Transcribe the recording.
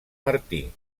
martí